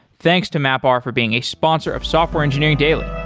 thanks to mapr for being a sponsor of software engineering daily